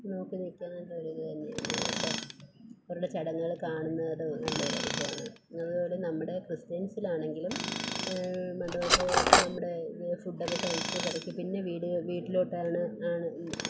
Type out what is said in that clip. നോക്കി നിൽക്കുന്നതൊരിതു തന്നെയാണ് അതൊക്കെ അവരുടെ ചടങ്ങുകൾ കാണുന്നത് നല്ലൊരു അനുഭവമാണ് അതുപോലെ നമ്മുടെ ക്രിസ്ത്യൻസിലാണെങ്കിലും മണ്ഡപത്തിൽ നമ്മുടെ ഫുഡ്ഡൊക്കെ കഴിച്ചു പെറുക്കി പിന്നെ വീടുക വീട്ടിലോട്ടാണ് ആണ്